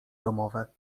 domowe